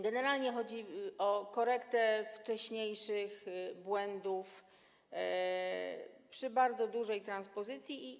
Generalnie chodzi o korektę wcześniejszych błędów przy bardzo dużej transpozycji.